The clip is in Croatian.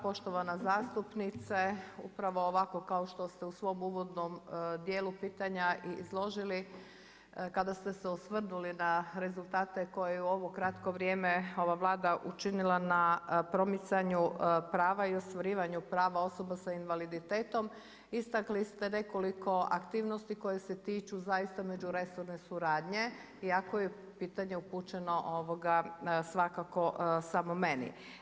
Poštovana zastupnice, upravo ovako kao što ste u svom uvodnom dijelu pitanja i izložili, kada ste se osvrnuli na rezultate koje u ovo kratko vrijeme ova Vlada učinila na promicanju prava i ostvarivanju prava osoba s invaliditetom, istakli ste nekoliko aktivnosti koje se tiču zaista međuresorne suradnje iako je pitanje upućeno, svakako samo meni.